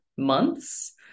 months